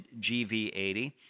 GV80